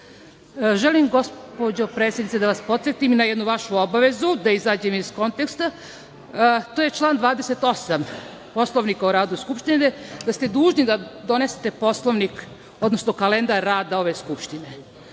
gospođo predsednice, da vas podsetim na jednu vašu obavezu, da izađem iz konteksta, to je član 28. Poslovnika o radu Skupštine, da ste dužni da donesete Poslovnik, odnosno kalendar rada ove Skupštine.